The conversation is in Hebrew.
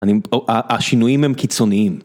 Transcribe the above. השינויים הם קיצוניים.